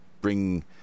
bring